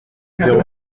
zéro